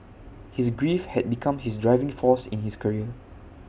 his grief had become his driving force in his career